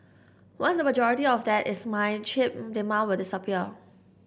once the majority of that is mined chip demand will disappear